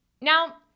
Now